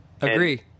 Agree